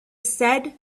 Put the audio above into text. said